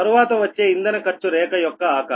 తరువాత వచ్చే ఇంధన ఖర్చు రేఖ యొక్క ఆకారం